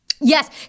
Yes